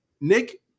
Nick